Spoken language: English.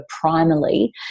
primarily